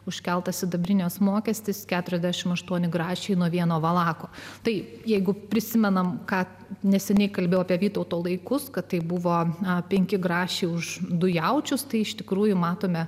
užkeltas sidabrinės mokestis keturiasdešimt aštuoni grašiai nuo vieno valako tai jeigu prisimename ką neseniai kalbėjau apie vytauto laikus kad tai buvo na penki grašiai už du jaučius tai iš tikrųjų matome